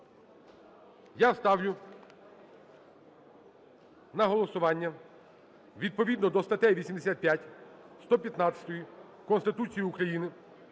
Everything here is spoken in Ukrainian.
я ставлю на голосування відповідно до статей 85-ї, 115-ї Конституції України,